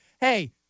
hey